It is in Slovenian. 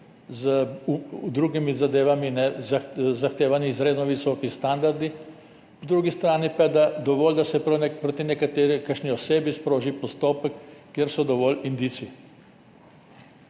z drugimi zadevami, zahtevani izredno visoki standardi, po drugi strani pa je dovolj, da se proti kakšni osebi sproži postopek, kjer so dovolj indici.